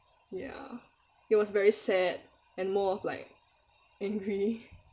ya it was very sad and more of like angry